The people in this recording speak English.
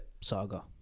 saga